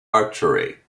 archery